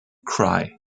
cry